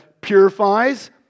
purifies